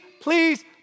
please